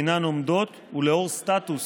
בעינן עומדות, ולאור סטטוס